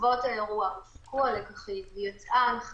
בעקבות האירוע הופקו הלקחים,